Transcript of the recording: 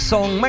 Song